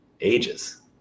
ages